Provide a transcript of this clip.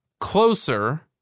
Closer